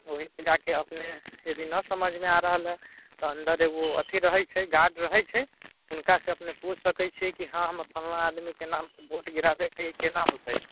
ओहिपर जाकऽ अपने यदि नहि समझिमे आ रहल हइ तऽ अन्दर एगो अथी रहै छै गार्ड रहै छै हुनकासँ अपने पूछि सकै छिए हँ हम फल्लाँ आदमीके नाम वोट गिराबैके हइ ई केना होतै